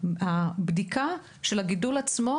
מדובר על בדיקה של הגידול עצמו,